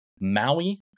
Maui